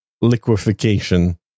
liquefaction